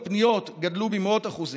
ומספר הפניות גדלו במאות אחוזים.